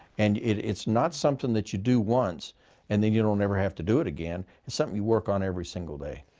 and it's not something that you do once and then you don't ever have to do it again. it's something you work on every single day.